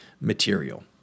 material